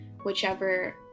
whichever